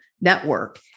network